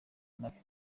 amafi